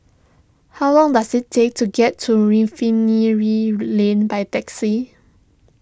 how long does it take to get to Refinery Lane by taxi